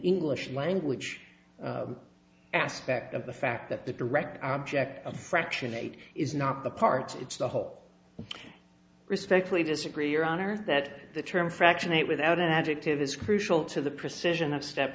english language aspect of the fact that the direct object of fraction eight is not the parts it's the whole respectfully disagree your honor that the term fraction it without an adjective is crucial to the precision of step